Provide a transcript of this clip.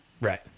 right